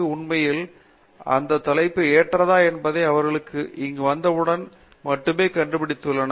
பேராசிரியர் பாபு விஸ்வநாதன் ஆராய்ச்சி செய்வதற்கு உண்மையில் இந்த தலைப்பு ஏற்றதா என்பதை அவர்கள் இங்கு வந்தவுடன் மட்டுமே கண்டுபிடித்துள்ளனர்